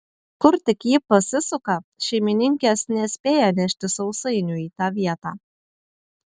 kur tik ji pasisuka šeimininkės nespėja nešti sausainių į tą vietą